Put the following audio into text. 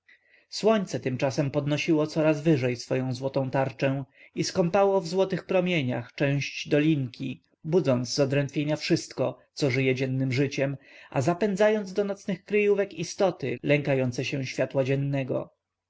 słońce tymczasem podnosiło coraz wyżej swą złotą tarczę i skąpało w jasnych promieniach część dolinki budząc z odrętwienia wszystko co żyje dziennem życiem a zapędzając do nocnych kryjówek istoty lękające się światła dziennego